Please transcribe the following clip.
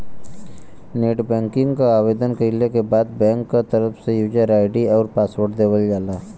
net banking क आवेदन कइले के बाद बैंक क तरफ से यूजर आई.डी आउर पासवर्ड देवल जाला